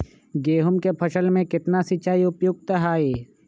गेंहू के फसल में केतना सिंचाई उपयुक्त हाइ?